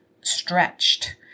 stretched